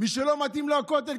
מי שלא מתאים לו הכותל,